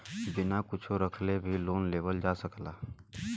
बिना कुच्छो रखले भी लोन लेवल जा सकल जाला